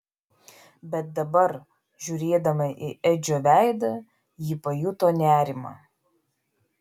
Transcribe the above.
bet dabar žiūrėdama į edžio veidą ji pajuto nerimą